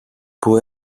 που